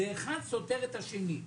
אחד סותר את השני.